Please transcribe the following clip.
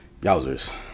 Yowzers